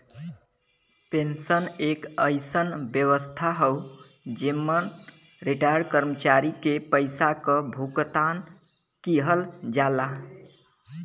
pension एक अइसन व्यवस्था हौ जेमन रिटार्यड कर्मचारी के पइसा क भुगतान किहल जाला